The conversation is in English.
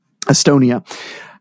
Estonia